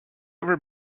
ever